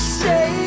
say